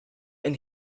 and